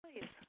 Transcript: please